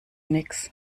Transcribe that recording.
nichts